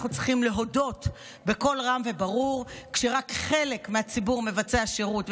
אנחנו צריכים להודות בקול רם וברור: כשרק חלק מהציבור מבצע שירות,